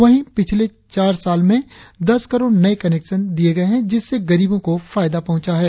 वहीं पिछले चार साल में दस करोड़ नये कनेक्शन दिए गए है जिससे गरीबों को फायदा पहुंचा है